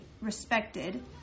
respected